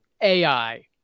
AI